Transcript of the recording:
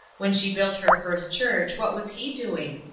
when she built her first church what was he doing?